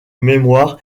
mémoire